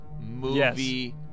movie